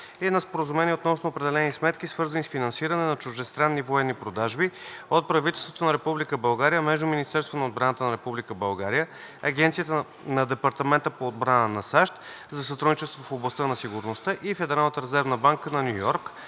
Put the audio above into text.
и Споразумението относно определени сметки, свързани с финансиране на чуждестранни военни продажби от правителството на Република България, между Министерството на отбраната на Република България, Агенцията на Департамента по отбрана на САЩ за сътрудничество в областта на сигурността и Федералната резервна банка на Ню Йорк